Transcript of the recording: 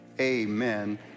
amen